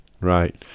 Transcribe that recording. right